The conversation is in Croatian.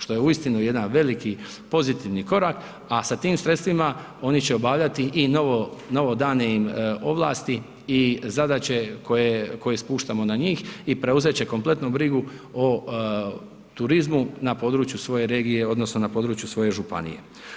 Što je uistinu jedan veliki pozitivni korak, a sa tim sredstvima oni će obavljati i novo, novo dane im ovlasti i zadaće koje, koje spuštamo na njih i preuzet će kompletnu brigu o turizmu na području svoje regije odnosno na području svoje županije.